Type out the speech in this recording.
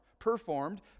performed